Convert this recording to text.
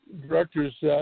director's